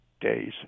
days